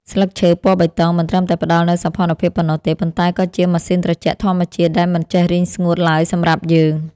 ស្លឹកឈើពណ៌បៃតងមិនត្រឹមតែផ្ដល់នូវសោភ័ណភាពប៉ុណ្ណោះទេប៉ុន្តែក៏ជាម៉ាស៊ីនត្រជាក់ធម្មជាតិដែលមិនចេះរីងស្ងួតឡើយសម្រាប់យើង។